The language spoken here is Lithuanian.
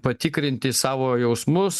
patikrinti savo jausmus